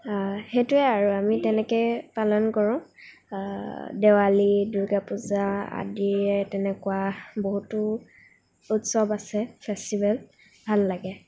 সেইটোৱে আৰু আমি তেনেকৈ পালন কৰোঁ দেৱালী দুৰ্গা পূজা আদিয়ে তেনেকুৱা বহুতো উৎসৱ আছে ফেষ্টিভেল ভাল লাগে